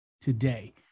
today